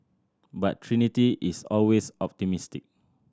but Trinity is always optimistic